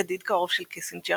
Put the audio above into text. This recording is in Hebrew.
ידיד קרוב של קיסינג'ר,